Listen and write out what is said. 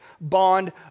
bond